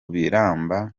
biramba